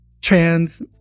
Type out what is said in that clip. trans